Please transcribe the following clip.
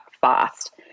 fast